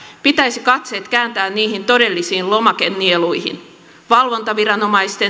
pitäisi katseet kääntää niihin todellisiin lomakenieluihin valvontaviranomaisten